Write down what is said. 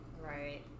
Right